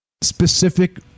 specific